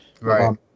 right